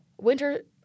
winter